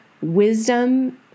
wisdom